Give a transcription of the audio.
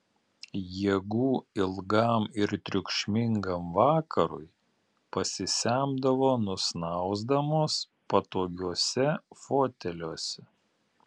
jėgų ilgam ir triukšmingam vakarui pasisemdavo nusnausdamos patogiuose foteliuose